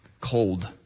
cold